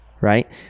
right